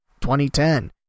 2010